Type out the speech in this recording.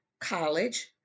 college